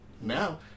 Now